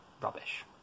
rubbish